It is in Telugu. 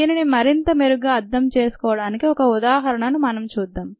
దీనిని మరింత మెరుగ్గా అర్థం చేసుకోవడానికి ఒక ఉదాహరణను మనం చూద్దాం